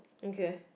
okay